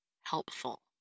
helpful